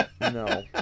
No